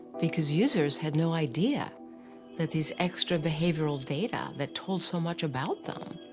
because users had no idea that these extra-behavioral data that told so much about them,